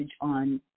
on